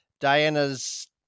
Diana's